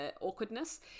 awkwardness